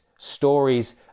Stories